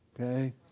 okay